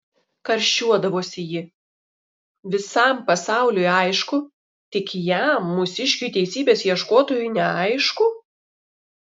karščiuodavosi ji visam pasauliui aišku tik jam mūsiškiui teisybės ieškotojui neaišku